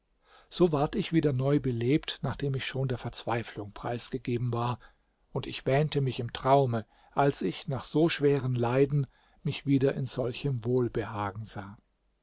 so ward ich wieder neu belebt nachdem ich schon der verzweiflung preisgegeben war und ich wähnte mich im traume als ich nach so schweren leiden mich wieder in solchem wohlbehagen sah